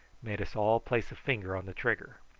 made us all place a finger on the trigger.